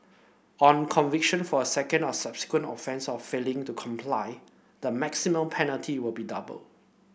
on conviction for a second or subsequent offence of failing to comply the maximum penalty will be doubled